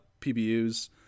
PBUs